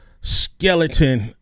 skeleton